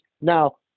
Now